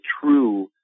true